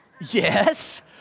Yes